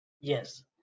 Yes